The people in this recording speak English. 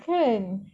kan